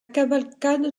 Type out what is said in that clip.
cavalcade